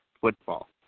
football